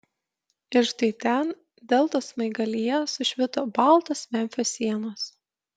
ir štai ten deltos smaigalyje sušvito baltos memfio sienos